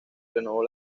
renovó